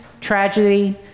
tragedy